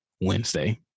Wednesday